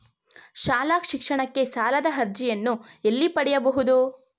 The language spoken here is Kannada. ಶಾಲಾ ಶಿಕ್ಷಣಕ್ಕೆ ಸಾಲದ ಅರ್ಜಿಯನ್ನು ಎಲ್ಲಿ ಪಡೆಯಬಹುದು?